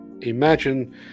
imagine